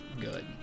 good